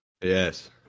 yes